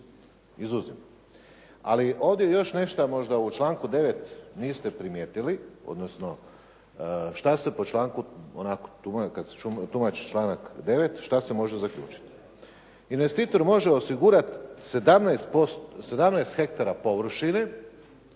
Ali ovdje još nešto možda ovdje u članku 9. niste primijetili, odnosno što se po članku onako kada se tumači članak 9. što se može zaključiti. Investitor može osigurati 17 hektara površine